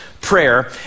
prayer